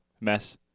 mess